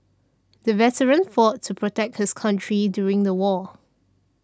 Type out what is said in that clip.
the veteran fought to protect his country during the war